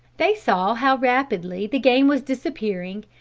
they saw how rapidly the game was disappearing,